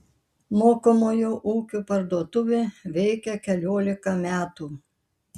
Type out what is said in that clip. mokomojo ūkio parduotuvė veikia keliolika metų